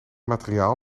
materiaal